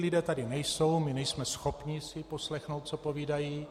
Lidé tady nejsou, my nejsme schopni si poslechnout, co povídají.